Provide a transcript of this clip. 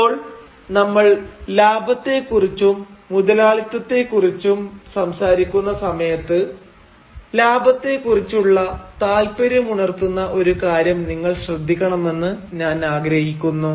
ഇപ്പോൾ നമ്മൾ ലാഭത്തേക്കുറിച്ചും മുതലാളിത്തത്തേക്കുറിച്ചും സംസാരിക്കുന്ന സമയത്ത് ലാഭത്തെ കുറിചുള്ള താല്പര്യമുണർത്തുന്ന ഒരു കാര്യം നിങ്ങൾ ശ്രദ്ധിക്കണമെന്ന് ഞാൻ ആഗ്രഹിക്കുന്നു